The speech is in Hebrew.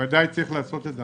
בוודאי צריך לעשות את זה.